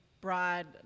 broad